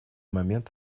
момент